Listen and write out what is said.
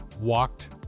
walked